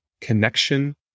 connection